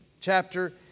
chapter